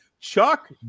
Chuck